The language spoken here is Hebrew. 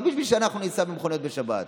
זה לא בשביל שאנחנו ניסע במכונית בשבת.